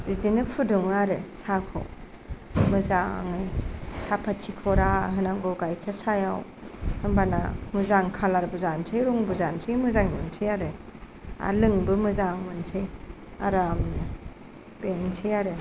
बिदिनो फुदुङो आरो साखौ मोजाङै साहाफाति खरा होनांगौ गायखेर साहायाव होनबाना मोजां खालारबो जासै रंबो जासै मोजां नुनोसै आरो आरो लोंनोबो मोजां मोनसै आरामनो बेनोसै आरो